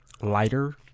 lighter